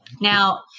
now